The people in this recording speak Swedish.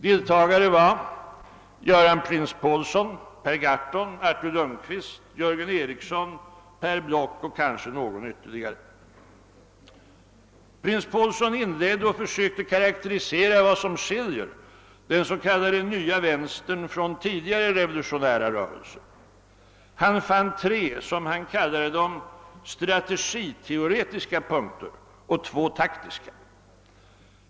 Deltagare var Göran Printz-Påhlson, Per Garthon, Artur Lundkvist, Jörgen Eriksson, Per Block och kanske några ytterligare. Printz-Påhlson inledde och försökte karakterisera vad som skiljer den s.k. nya vänstern från tidigare revolutionä ra rörelser. Han fann tre, som han kallade dem, strategiteoretiska punkter och två taktiska.